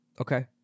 Okay